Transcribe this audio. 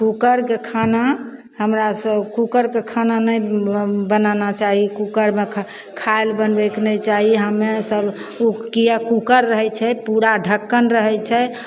कूकरके खाना हमरा सब कूकरके खाना नहि बनाना चाही कूकरमे खा खाइ लए बनबयके नहि चाही हम्मे सब किएक कूकर रहय छै पूरा ढक्कन रहय छै